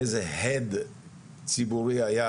איזה הד ציבורי היה